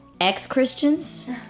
ex-Christians